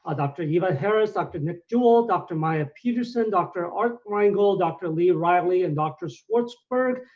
ah dr. eva harris, dr. nick jewell, dr. maya petersen, dr. art reingold, dr. lee riley, and dr. swartzberg.